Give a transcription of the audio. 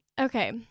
Okay